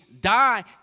die